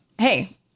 Hey